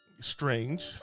Strange